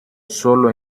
solo